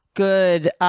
good,